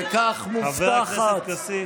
וכך מובטחת, חבר הכנסת כסיף.